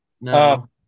No